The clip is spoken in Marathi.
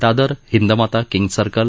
Dadar Hindmata Kings circle